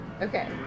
Okay